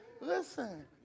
listen